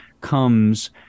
comes